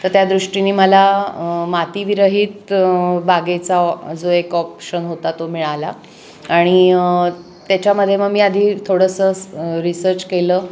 तर त्या दृष्टीनी मला मातीविरित बागेचा जो एक ऑप्शन होता तो मिळाला आणि त्याच्यामध्ये मग मी आधी थोडंसं रिसर्च केलं